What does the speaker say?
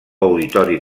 auditori